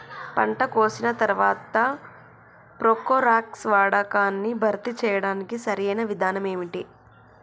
పంట కోసిన తర్వాత ప్రోక్లోరాక్స్ వాడకాన్ని భర్తీ చేయడానికి సరియైన విధానం ఏమిటి?